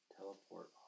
teleport